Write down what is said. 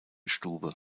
stube